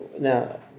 Now